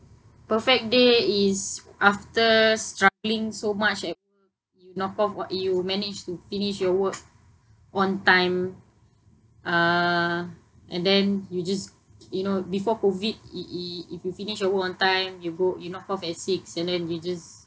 perfect day is after struggling so much at work you knock off or you managed to finish your work on time uh and then you just you know before COVID i~ i~ if you finish your work on time you go you knock off at six and then you just